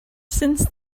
since